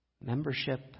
Membership